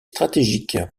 stratégique